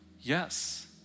yes